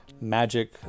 magic